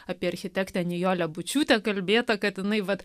apie architektė nijolė bučiūtė kalbėta kad jinai vat